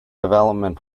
development